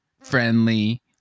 friendly